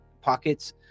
pockets